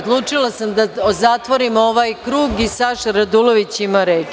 Odlučila sam da zatvorimo ovaj krug i Saša Radulović ima reč.